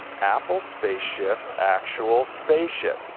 apple spaceship actual spaceship.